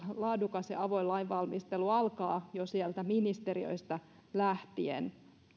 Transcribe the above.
laadukas ja avoin lainvalmistelu alkaa jo sieltä ministeriöistä lähtien